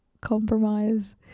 compromise